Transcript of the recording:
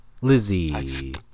Lizzie